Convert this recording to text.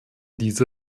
diese